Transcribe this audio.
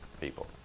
people